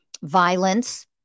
violence